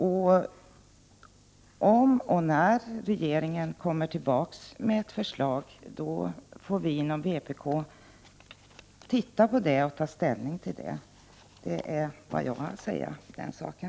Om och när regeringen kommer tillbaks med ett förslag, får vi inom vpk titta på det och ta ställning till det — det är vad jag har att säga om den saken.